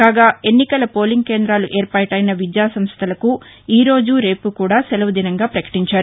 కాగా ఎన్నికల పోలింగ్ కేందాలు ఏర్పాటైన విద్యాసంస్థలకు ఈ రోజు రేపు కూడా సెలవు దినంగా ప్రపకటించారు